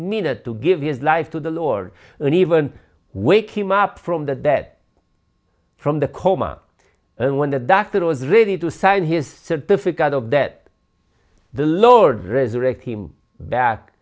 minute to give his life to the lord and even wake him up from the dead from the coma and when the doctor was ready to sign his certificate of that the lord resurrect him back